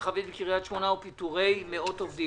המאפייה המרחבית בקרית שמונה ופיטורי מאות עובדים.